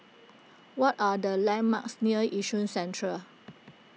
what are the landmarks near Yishun Central